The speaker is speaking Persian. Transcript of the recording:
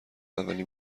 اولین